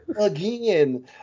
again